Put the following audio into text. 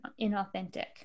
inauthentic